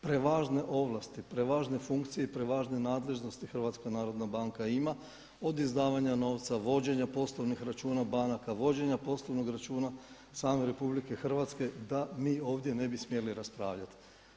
Prevažne ovlasti, prevažne funkcije i prevažne nadležnosti HNB ima od izdavanja novca, vođenja poslovnih računa banaka, vođenja poslovnog računa same RH da mi ovdje ne bi smjeli raspravljati.